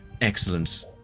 Excellent